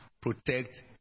protect